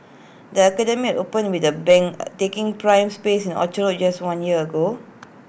the academy opened with A bang taking prime space in Orchard road just one year ago